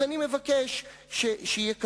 אז אני מבקש שיהיה כתוב: